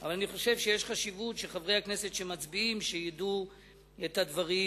אבל אני חושב שיש חשיבות שחברי הכנסת שמצביעים ידעו את הדברים